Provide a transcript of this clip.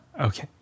Okay